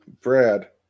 brad